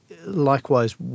likewise